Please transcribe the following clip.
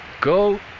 go